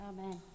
Amen